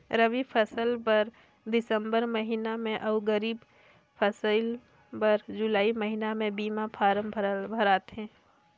रबी फसिल बर दिसंबर महिना में अउ खरीब फसिल बर जुलाई महिना में बीमा फारम भराथे